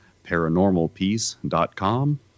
ParanormalPeace.com